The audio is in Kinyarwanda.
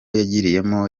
yagiriyemo